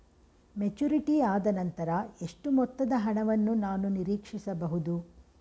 Maturity ಆದನಂತರ ಎಷ್ಟು ಮೊತ್ತದ ಹಣವನ್ನು ನಾನು ನೀರೀಕ್ಷಿಸ ಬಹುದು?